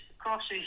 crosses